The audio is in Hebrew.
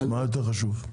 מה יותר חשוב?